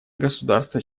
государства